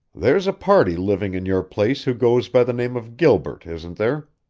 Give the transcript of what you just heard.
there's a party living in your place who goes by the name of gilbert, isn't there?